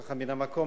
ככה מן המקום,